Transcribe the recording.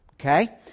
Okay